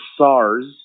SARS